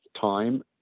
time